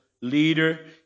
leader